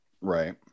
right